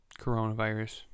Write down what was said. coronavirus